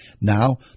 Now